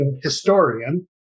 historian